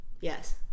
Yes